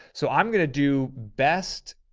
so i'm going to do best.